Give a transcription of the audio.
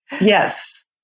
Yes